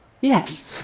Yes